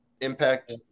Impact